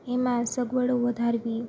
એમાં સગવડો વધારવી